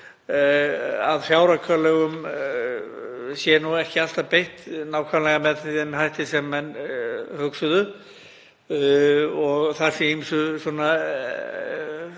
að fjáraukalögum sé ekki alltaf beitt nákvæmlega með þeim hætti sem menn hugsuðu og þar sé ýmsu